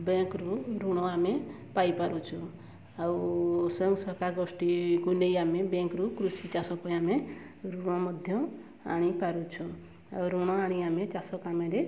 ବ୍ୟାଙ୍କ୍ରୁ ଋଣ ଆମେ ପାଇପାରୁଛୁ ଆଉ ସ୍ୱୟଂ ଗୋଷ୍ଠୀକୁ ନେଇ ଆମେ ବ୍ୟାଙ୍କରୁ କୃଷି ଚାଷ ପାଇଁ ଆମେ ଋଣ ମଧ୍ୟ ଆଣିପାରୁଛୁ ଆଉ ଋଣ ଆଣି ଆମେ ଚାଷ କାମରେ